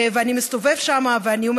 ואני מסתובב שם ואני אומר,